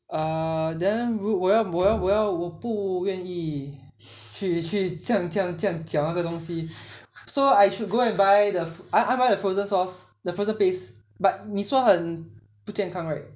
ah then 我要我要我要我不愿意去这样这样搅那个东西 so I should go and buy the I I buy the frozen sauce the frozen paste but 你说很不健康 right